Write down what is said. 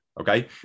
okay